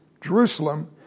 Jerusalem